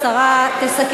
איך זה שתמיד כבל מאריך?